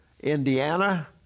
Indiana